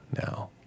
now